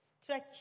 stretch